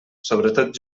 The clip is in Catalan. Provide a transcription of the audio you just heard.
sobretot